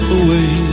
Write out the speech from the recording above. away